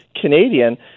Canadian